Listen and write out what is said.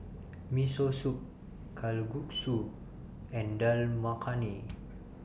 Miso Soup Kalguksu and Dal Makhani